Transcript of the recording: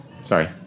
Sorry